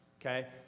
Okay